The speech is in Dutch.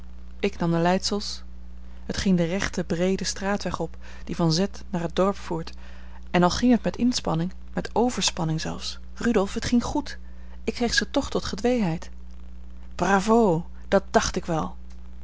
ik nam de leidsels het ging den rechten breeden straatweg op die van z naar het dorp voert en al ging het met inspanning met overspanning zelfs rudolf het ging goed ik kreeg ze toch tot gedweeheid bravo dat dacht ik wel